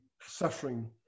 suffering